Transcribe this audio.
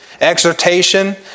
Exhortation